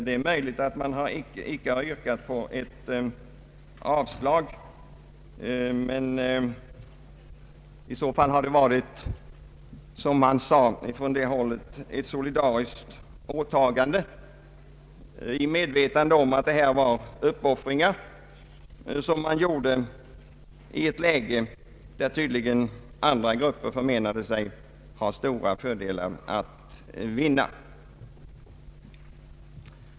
Det är möjligt att man icke har yrkat avslag, men i så fall har det varit, som ofta framhållits, ett solidariskt åtagande i medvetande om att man gjorde uppoffringar i ett läge där andra grupper förmenade sig ha stora fördelar att vinna.